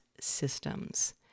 systems